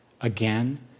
again